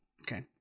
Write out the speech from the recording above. Okay